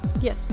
yes